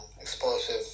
explosive